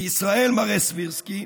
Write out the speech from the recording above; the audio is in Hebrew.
בישראל, מראה סבירסקי,